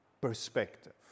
perspective